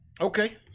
Okay